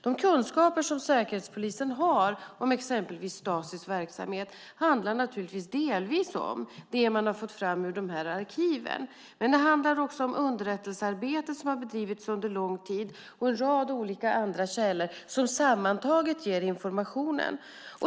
De kunskaper som Säkerhetspolisen har om exempelvis Stasis verksamhet handlar naturligtvis delvis om det man har fått fram i dessa arkiv. Men det handlar också om underrättelsearbete som har bedrivits under lång tid och en rad olika andra källor som sammantaget ger informationen.